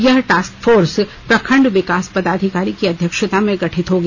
यह task force प्रखंड विकास पदाधिकारी की अध्यक्षता में गठित होगी